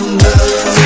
love